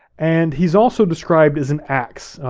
and he's also described as an ax,